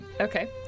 okay